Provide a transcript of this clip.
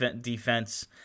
defense